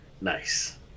Nice